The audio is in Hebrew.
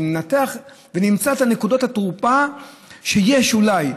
שננתח ונמצא את נקודות התורפה שיש אולי,